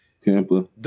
Tampa